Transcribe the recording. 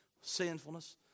sinfulness